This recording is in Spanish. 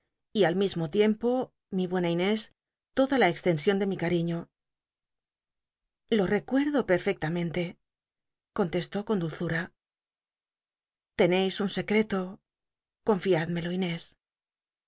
y al mismo tiempo mi buena inés toda la extcnsion de mi cariño lo recuerdo perfectamente contestó con dulzura l'encis un secreto confiádmelo